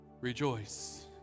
rejoice